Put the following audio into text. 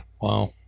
wow